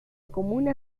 comuna